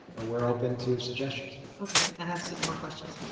ah we're open to suggestions. okay. i have some more questions.